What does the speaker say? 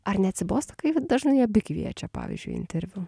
ar neatsibosta kai dažnai abi kviečia pavyzdžiui interviu